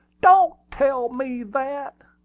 don't tell me that!